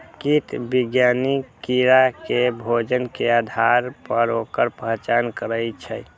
कीट विज्ञानी कीड़ा के भोजन के आधार पर ओकर पहचान करै छै